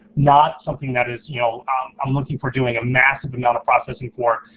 not something that is, you know i'm looking for doing a massive amount of processing for,